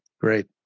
Great